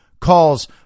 calls